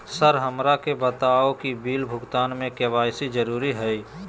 Sir हमरा के बताओ कि बिल भुगतान में के.वाई.सी जरूरी हाई?